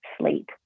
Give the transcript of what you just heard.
sleep